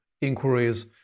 inquiries